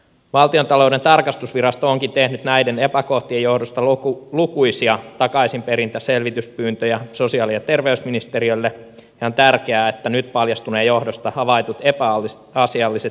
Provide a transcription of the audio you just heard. valtiontalouden tarkastusvirasto onkin tehnyt näiden epäkohtien johdosta lukuisia takaisinperintäselvityspyyntöjä sosiaali ja terveysministeriölle ja on tärkeää että nyt paljastuneen johdosta havaitut epäasialliset menettelyt korjataan